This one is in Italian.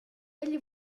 egli